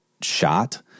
shot